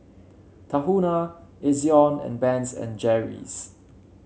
Tahuna Ezion and Ben's and Jerry's